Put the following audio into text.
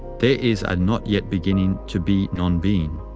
there is a not yet beginning to be nonbeing.